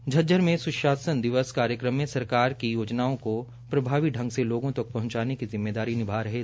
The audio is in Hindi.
झज्जर में सुशासन दिवस कार्यक्रम में सरकार की योजनाओं को प्रभावी ढंग से लोगों तक पहूंचाने में जिम्मेदारी निभा रहे है